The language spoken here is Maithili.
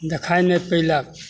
देखै नहि पएलक